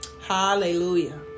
Hallelujah